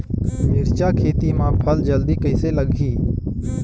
मिरचा खेती मां फल जल्दी कइसे लगही?